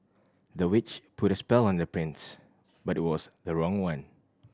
the witch put a spell on the prince but it was the wrong one